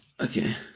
Okay